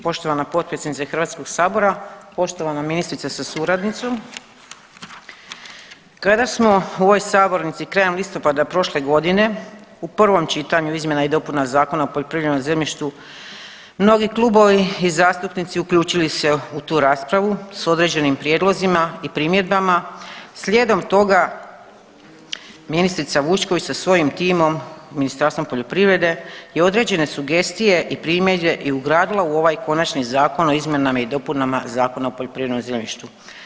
Poštovana potpredsjednice Hrvatskog sabora, poštovana ministrice sa suradnicom, kada smo u ovoj sabornici krajem listopada prošle godine u prvom čitanju izmjena i dopuna Zakona o poljoprivrednom zemljištu mnogi klubovi i zastupnici uključili se u tu raspravu s određenim prijedlozima i primjedbama slijedom toga ministrica Vučković sa svojim timom Ministarstvom poljoprivrede je određene sugestije i primjedbe i ugradila u ovaj Konačni Zakon o izmjenama i dopunama Zakona o poljoprivrednom zemljištu.